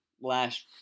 last